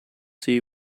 see